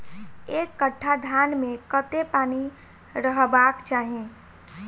एक कट्ठा धान मे कत्ते पानि रहबाक चाहि?